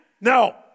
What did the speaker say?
No